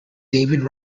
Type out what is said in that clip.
david